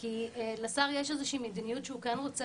כי לשר יש איזושהי מדיניות שהוא כן רוצה